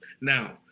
Now